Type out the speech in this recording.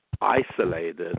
isolated